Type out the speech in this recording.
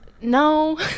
No